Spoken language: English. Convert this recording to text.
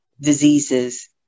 diseases